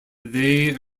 they